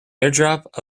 airdrop